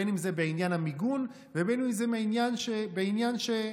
בין שזה בעניין המיגון ובין שזה בעניין שלפעמים